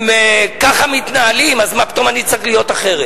אם ככה מתנהלים, אז מה פתאום אני צריך להיות אחרת?